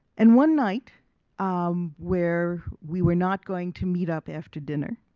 and one night um where we were not going to meet up after dinner,